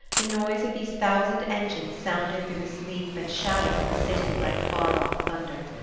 the noise of these thousand engines sounded through the sleep and shadow of the city like far-off thunder.